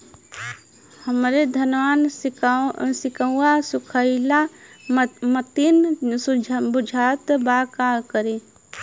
हमरे धनवा के सीक्कउआ सुखइला मतीन बुझात बा का करीं?